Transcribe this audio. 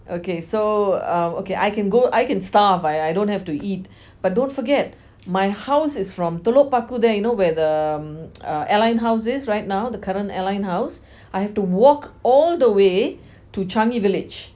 okay so um okay I can go I can starve I I don't have to eat but don't forget my house is from telok paku there you know whether the um uh airline house is right now the current airline house I have to walk all the way to changi village